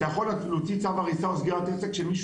אתה יכול להוציא צו הריסה או סגירת עסק של מישהו